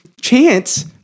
chance